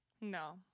No